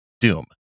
doom